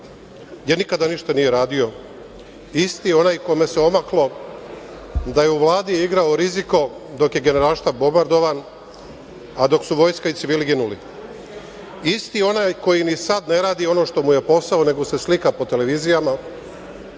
jer nikada ništa nije radio. Isti onaj kome se omaklo da je u Vladi igrao rizika, dok je Generalštab bombardovan, a dok su vojska i civili ginuli. Isti onaj koji sada ne radi ono što mu je posao, nego se slika po televizijama